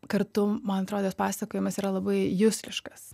kartu man atrodo jos pasakojimas yra labai jusliškas